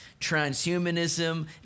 transhumanism